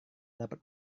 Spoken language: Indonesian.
dapat